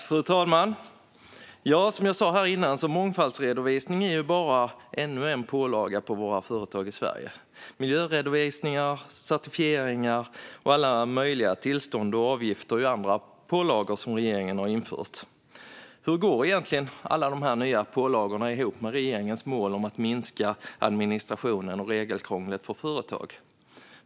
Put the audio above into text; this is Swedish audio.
Fru talman! Som jag sa förut är mångfaldsredovisning bara ännu en pålaga för Sveriges företag. Miljöredovisningar, certifieringar och alla möjliga tillstånd och avgifter är andra pålagor som regeringen har infört. Hur går alla dessa nya pålagor egentligen ihop med regeringens mål om att minska administrationen och regelkrånglet för företag?